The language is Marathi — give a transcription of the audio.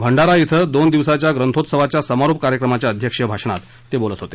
भंडारा क्रिं दोन दिवसीय ग्रंथोत्सवाच्या समारोप कार्यक्रमाच्या अध्यक्ष भाषणात ते बोलत होते